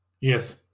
Yes